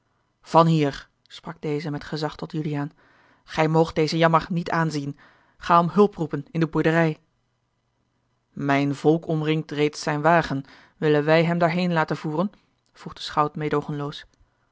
van hier sprak deze met gezag tot juliaan gij moogt dezen jammer niet aanzien ga om hulp roepen in de boerderij mijn volk omringt reeds zijn wagen willen wij hem daarheen laten voeren vroeg de schout meêdoogenloos